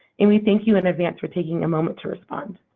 and we thank you, in advance, for taking a moment to respond.